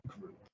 group